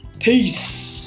Peace